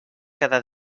cada